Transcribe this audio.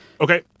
Okay